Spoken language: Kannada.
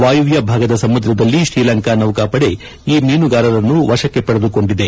ವಾಯುವ್ಯ ಭಾಗದ ಸಮುದ್ರದಲ್ಲಿ ಶ್ರೀಲಂಕಾ ನೌಕಾ ಪಡೆ ಈ ಮೀನುಗಾರರನ್ನು ವಶಕ್ಕೆ ಪಡೆದಿದೆ